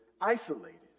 isolated